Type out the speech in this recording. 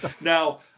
Now